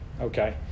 Okay